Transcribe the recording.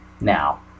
now